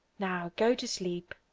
now, go to sleep!